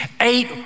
eight